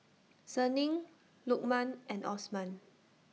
Senin Lukman and Osman